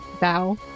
bow